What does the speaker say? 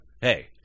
Hey